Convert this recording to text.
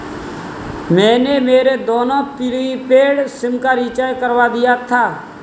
मैंने मेरे दोनों प्रीपेड सिम का रिचार्ज करवा दिया था